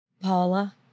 Paula